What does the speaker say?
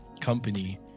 company